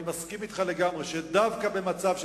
אני מסכים אתך לגמרי שדווקא במצב של